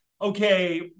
okay